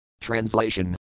Translation